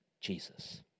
Jesus